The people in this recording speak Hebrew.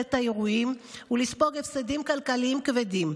את האירועים ולספוג הפסדים כלכליים כבדים.